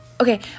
Okay